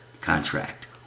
contract